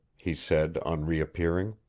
he said on reappearing.